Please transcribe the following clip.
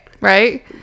Right